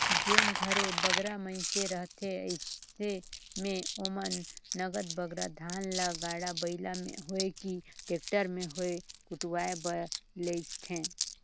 जेन घरे बगरा मइनसे रहथें अइसे में ओमन नगद बगरा धान ल गाड़ा बइला में होए कि टेक्टर में होए कुटवाए बर लेइजथें